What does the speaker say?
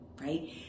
right